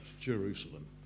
Jerusalem